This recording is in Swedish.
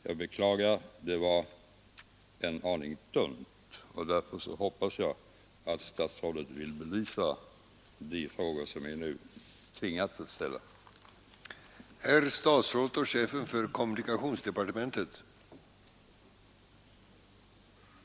Jag beklagar att det var en aning tunt, men jag hoppas att statsrådet vill belysa de frågor som jag nu tvingats ställa.